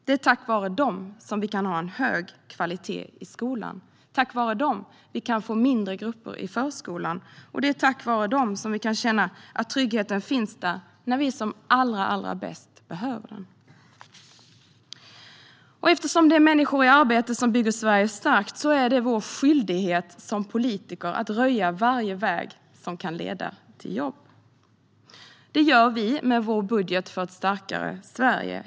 Det är tack vare dem som vi kan ha en hög kvalitet i skolan. Det är tack vare dem som vi kan få mindre grupper i förskolan. Och det är tack vare dem som vi kan känna att tryggheten finns där när vi som allra bäst behöver den. Eftersom det är människor i arbete som bygger Sverige starkt är det vår skyldighet som politiker att röja varje väg som kan leda till jobb. Det gör vi med vår budget för ett starkare Sverige.